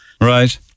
Right